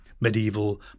medieval